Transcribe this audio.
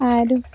ᱟᱨ